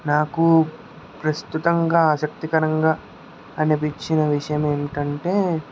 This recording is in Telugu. నాకు ప్రస్తుతంగా ఆసక్తికరంగా అనిపించిన విషయం ఏమిటంటే